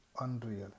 unreal